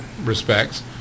respects